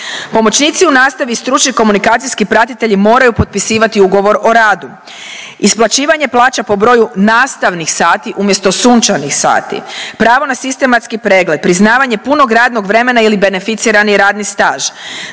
Pomoćnici u nastavi i stručni komunikacijski pratitelji moraju potpisivati ugovor o radu, isplaćivanje plaća po broju nastavnih sati umjesto sunčanih sati, pravo na sistematski pregled, priznavanje punog radnog vremena ili beneficirani radni staž,